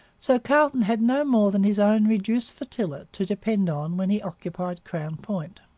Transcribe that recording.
so carleton had no more than his own reduced flotilla to depend on when he occupied crown point.